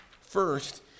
First